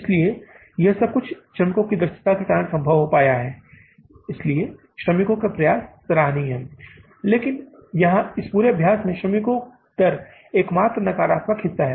इसलिए यह सबकुछ श्रमिकों की दक्षता के कारण संभव हो गया है इसलिए श्रमिकों के प्रयास सराहनीय हैं लेकिन यहाँ इस पूरे अभ्यास में के श्रमिक दर एकमात्र नकारात्मक हिस्सा है